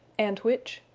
and which.